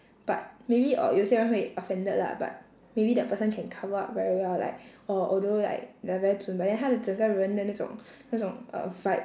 but maybe uh 有些人会 offended lah but maybe that person can cover up very well like oh although like they're very 准 but then 他的整个人的那种那种 uh vibe